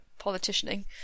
politicianing